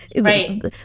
right